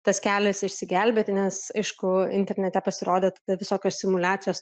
tas kelias išsigelbėti nes aišku internete pasirodė tada visokios simuliacijos